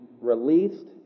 released